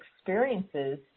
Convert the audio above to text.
experiences